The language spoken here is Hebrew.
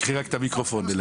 קודם כל משהו כללי